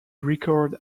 record